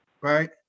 right